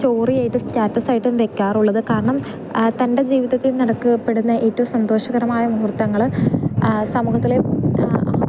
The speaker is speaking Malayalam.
സ്റ്റോറിയായിട്ട് സ്റ്റാറ്റസായിട്ടും വെക്കാറുള്ളത് കാരണം തൻ്റെ ജീവിതത്തിൽ നടത്തപ്പെടുന്ന ഏറ്റവും സന്തോഷകരമായ മുഹൂർത്തങ്ങൾ സമൂഹത്തിൽ ആ ഒരു